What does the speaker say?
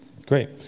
Great